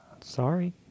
Sorry